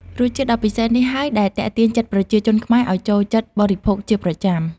រសជាតិដ៏ពិសេសនេះហើយដែលទាក់ទាញចិត្តប្រជាជនខ្មែរឲ្យចូលចិត្តបរិភោគជាប្រចាំ។